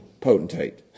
potentate